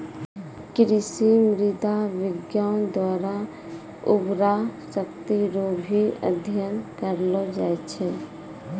कृषि मृदा विज्ञान द्वारा उर्वरा शक्ति रो भी अध्ययन करलो जाय छै